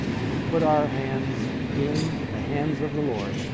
if we put our hands in the hands of the lord,